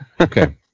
Okay